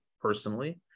personally